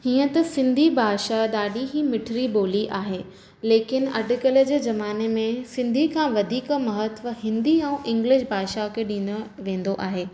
हीअं त सिंधी भाषा ॾाढी ही मिठिड़ी ॿोली आहे लेकिन अॼुकल्ह जे ज़माने मे सिंधी खां वधीक महत्व हिंदी ऐं इंगलिश भाषा खे ॾिनो वेंदो आहे